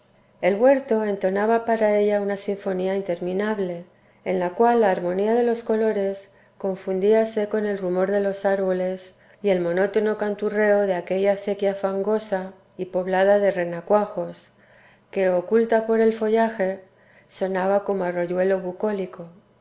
el huerto entonaba para ella una sinfonía interminable en la cual la armonía de los colores confundíase con el rumor de los árboles y el monótono canturreo de aquella acequia fangosa y poblada de renacuajos que oculta por el follaje sonaba como arroyuelo bucólico